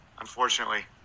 unfortunately